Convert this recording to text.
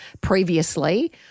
previously